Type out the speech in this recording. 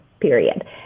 period